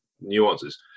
nuances